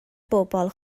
bobl